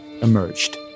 emerged